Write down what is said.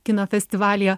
kino festivalyje